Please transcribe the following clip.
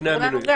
ספרו לנו גם.